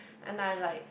and I like